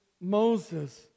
Moses